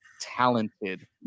talented